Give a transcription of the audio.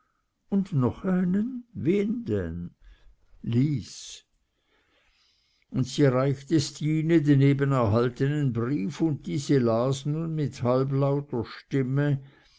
und noch einen wen denn lies und sie reichte stine den eben erhaltenen brief und diese las nun mit halblauter stimme